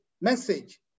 Message